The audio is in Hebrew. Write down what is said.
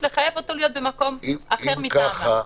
לחייב אותו להיות במקום אחר מטעמה.